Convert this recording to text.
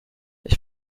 ich